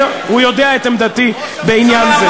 הוא יודע את עמדתי בעניין זה.